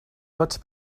tots